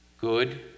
good